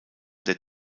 der